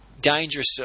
Dangerous